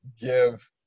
give